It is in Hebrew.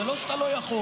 זה לא שאתה לא יכול,